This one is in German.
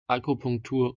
akupunktur